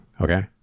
okay